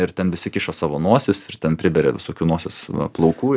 ir ten visi kiša savo nosis ir ten priberia visokių nosies plaukų